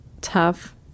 tough